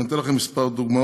ואני אתן לכם כמה דוגמאות: